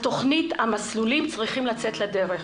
המסלולים צריכים לצאת לדרך.